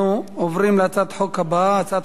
אנחנו עוברים להצעת החוק הבאה: הצעת